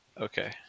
Okay